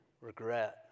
regret